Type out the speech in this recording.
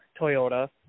Toyota